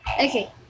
Okay